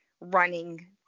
running